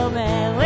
man